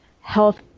health